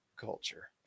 Culture